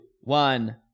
one